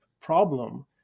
problem